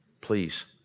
Please